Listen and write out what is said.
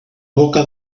boca